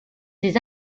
des